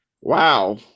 Wow